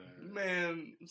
Man